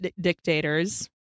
dictators